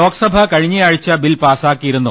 ലോക്സഭ കഴിഞ്ഞാഴ്ച ബിൽ പാസ്സാക്കിയിരുന്നു